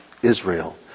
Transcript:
Israel